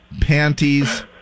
panties